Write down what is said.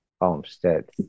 homestead